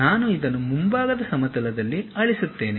ನಾನು ಇದನ್ನು ಮುಂಭಾಗದ ಸಮತಲದಲ್ಲಿ ಅಳಿಸುತ್ತೇನೆ